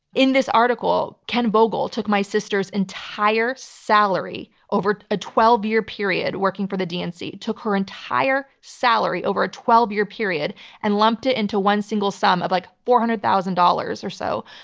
in this article, ken vogel took my sister's entire salary over a twelve year period working for the dnc, took her entire salary over a twelve year period and lumped it into one single sum of like four hundred thousand dollars or so.